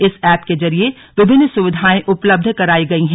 इस एप के जरिए विभिन्न सुविधाएं उपलब्ध कराई गई हैं